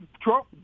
Trump